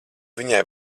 viņai